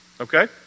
Okay